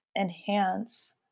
enhance